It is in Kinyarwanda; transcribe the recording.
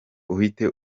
uhite